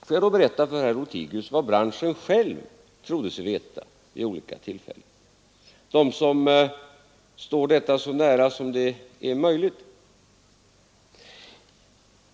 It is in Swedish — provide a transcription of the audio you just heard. Låt mig då berätta för herr Lothigius vad företrädarna för branschen själva trodde sig veta vid olika tillfällen — de som står detta så nära som det är möjligt.